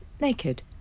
naked